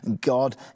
God